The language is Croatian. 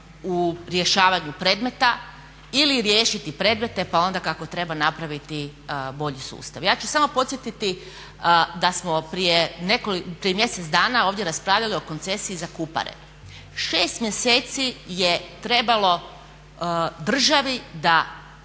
u rješavanju predmeta ili riješiti predmete pa onda kako treba napraviti bolji sustav. Ja ću samo podsjetiti da smo prije mjesec dana ovdje raspravljali o koncesiji za Kupare. 6 mjeseci je trebalo državi da